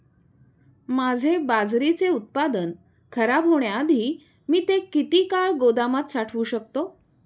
माझे बाजरीचे उत्पादन खराब होण्याआधी मी ते किती काळ गोदामात साठवू शकतो?